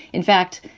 in fact,